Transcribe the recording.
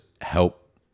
help